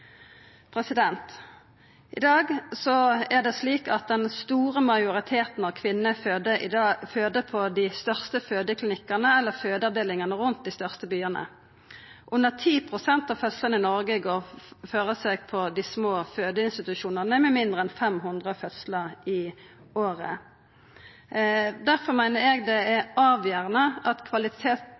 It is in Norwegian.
I dag er det slik at den store majoriteten av kvinner føder på dei største fødeklinikkane eller fødeavdelingane rundt dei største byane. Under 10 pst. av fødslane i Noreg skjer på dei små fødeinstitusjonane, med mindre enn 500 fødslar i året. Difor meiner eg det er avgjerande at